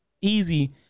easy